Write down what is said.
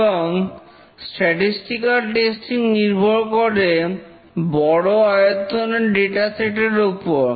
এবং statistical testing নির্ভর করে বড় আয়তনের ডেটা সেট এর উপর